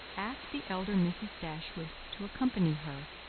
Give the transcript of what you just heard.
asked the elder misses dashwood to accompany her.